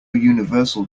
universal